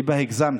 היבה, הגזמת.